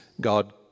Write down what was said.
God